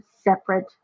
separate